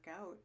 out